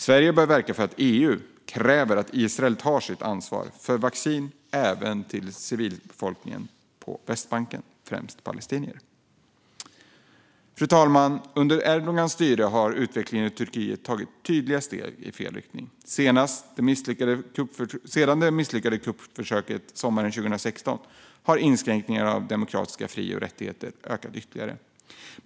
Sverige bör verka för att EU kräver att Israel tar sitt ansvar för vaccin även till civilbefolkningen på Västbanken, främst palestinier. Fru talman! Under Erdogans styre har utvecklingen i Turkiet tagit tydliga steg i fel riktning. Sedan det misslyckade kuppförsöket sommaren 2016 har inskränkningarna av demokratiska fri och rättigheter ökat ytterligare.